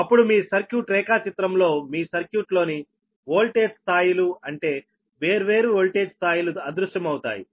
అప్పుడు మీ సర్క్యూట్ రేఖాచిత్రంలో మీ సర్క్యూట్లోని వోల్టేజ్ స్థాయిలు అంటే వేర్వేరు వోల్టేజ్ స్థాయిలు అదృశ్యమవుతాయి